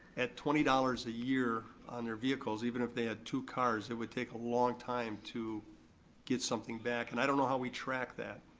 at twenty dollars a year on their vehicles, even if they had two cars, it would take a long time to get something back and i don't know how we track that.